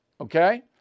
okay